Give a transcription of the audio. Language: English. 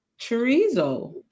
chorizo